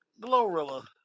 Glorilla